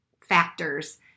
factors